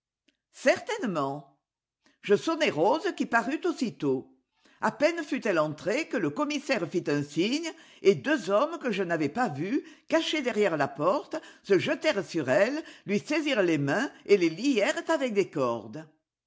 certainement je sonnai rose qui parut aussitôt a peine fut-elle entrée que le commissaire fit un signe et deux hommes que je n'avais pas vus cachés derrière la porte se jetèrent sur elle lui saisirent les mains et les lièrent avec des cordes